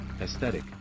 aesthetic